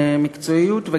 במקצועיות,